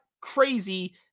crazy